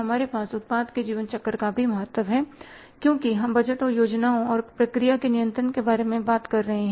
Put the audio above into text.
हमारे पास उत्पाद के जीवन चक्र का भी महत्व है क्योंकि हम बजट और योजनाओं और प्रक्रिया के नियंत्रण के बारे में बात कर रहे हैं